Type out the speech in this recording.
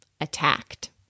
attacked